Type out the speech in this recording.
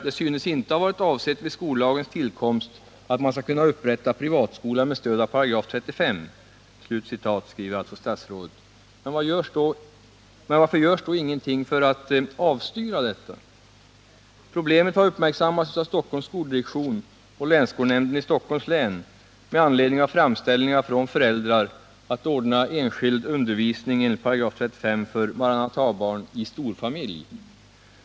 ”Det synes inte ha varit avsett vid skollagens tillkomst att man skall kunna upprätta privatskolor med stöd av 35 §”, skriver statsrådet. Men varför görs då ingenting för att avstyra detta? Problemet har uppmärksammats av Stockholms skoldirektion och länsskolnämnden i Stockholms län med anledning av framställningar från föräldrar om att ordna enskild undervisning enligt 35 § för Maranatabarn i storfamilj.